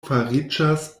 fariĝas